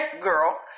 girl